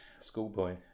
Schoolboy